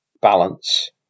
balance